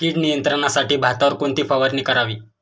कीड नियंत्रणासाठी भातावर कोणती फवारणी करावी?